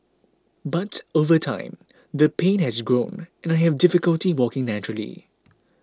but over time the pain has grown and I have difficulty walking naturally